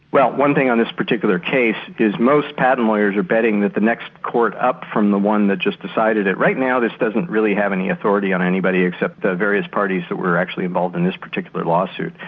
well one thing on this particular case is most patent lawyers are betting that the next court up from the one that just decided it, right now this doesn't really have any authority on anybody except the various parties that were actually involved in this particular lawsuit.